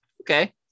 Okay